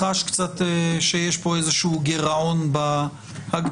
אני חש קצת שיש פה איזשהו גירעון בהגדרה